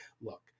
look